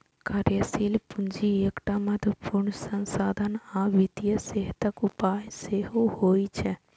कार्यशील पूंजी एकटा महत्वपूर्ण संसाधन आ वित्तीय सेहतक उपाय सेहो होइ छै